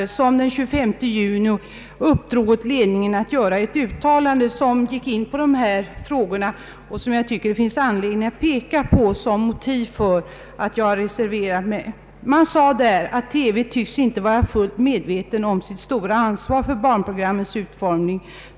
Förbundet uppdrog den 25 juni 1969 åt ledningen att göra ett uttalande som gick in på dessa frågor och som jag tycker det finns anledning att peka på som motiv för att jag reserverat mig. I uttalandet sades att TV inte tycks vara medveten om sitt stora ansvar för barnprogrammens utformning.